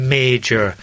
major